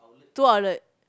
two outlet